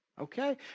Okay